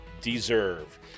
deserve